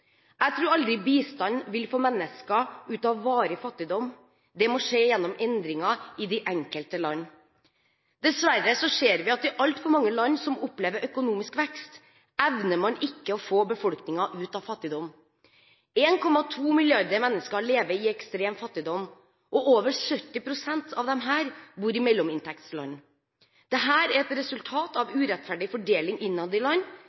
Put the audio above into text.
Jeg tror aldri bistand vil få mennesker ut av varig fattigdom. Det må skje gjennom endringer i de enkelte land. Dessverre ser vi at i altfor mange land som opplever økonomisk vekst, evner man ikke å få befolkningen ut av fattigdom. 1,2 milliarder mennesker lever i ekstrem fattigdom. Over 70 pst. av disse bor i mellominntektsland. Dette er et resultat av urettferdig fordeling innad i land.